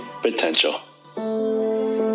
potential